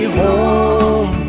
home